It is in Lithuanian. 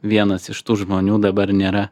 vienas iš tų žmonių dabar nėra